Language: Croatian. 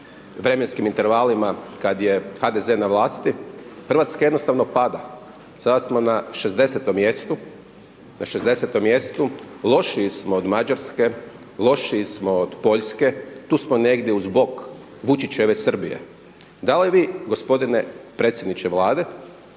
vremenskim intervalima kad je HDZ na vlasti, Hrvatska jednostavno pada. Sad smo na 60. mjestu. Na 60. mjestu. Lošiji smo od Mađarske, lošiji smo od Poljske, tu smo negdje uz bok Vučićeve Srbije. Da li vi, g. predsjedniče Vlade